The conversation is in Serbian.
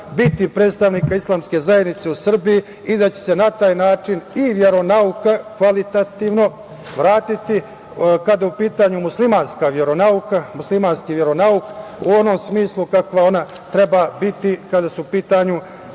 biti predstavnika Islamske zajednice u Srbiji i da će se na taj način i veronauka kvalitativno vratiti kada je u pitanju muslimanska veronauka, muslimanski veronauk u onom smislu kakva ona treba biti kada su u pitanju